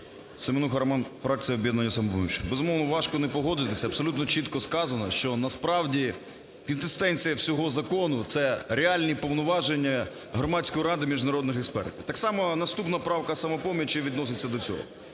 Семенуха Роман, фракція "Об'єднання "Самопоміч". Безумовно, важко не погодитись, абсолютно чітко сказано, що насправді квінтесенція всього закону – це реальні повноваження Громадської ради міжнародних експертів. Так само наступна правка "Самопомочі" відноситься до цього.